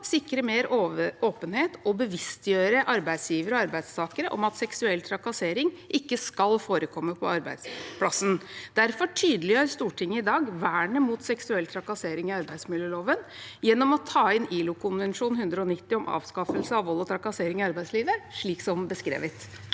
sikre mer åpenhet og bevisstgjøre arbeidsgivere og arbeidstakere om at seksuell trakassering ikke skal forekomme på arbeidsplassen. Derfor tydeliggjør Stortinget i dag vernet mot seksuell trakassering i arbeidsmiljøloven gjennom å ta inn ILOkonvensjon nr. 190 om avskaffelse av vold og trakassering i arbeidslivet, slik som beskrevet.